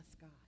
God